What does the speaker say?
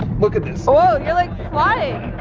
look at this. whoa, you're like flying.